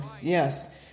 Yes